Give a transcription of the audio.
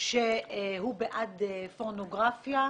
שהוא בעד פורנוגרפיה,